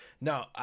No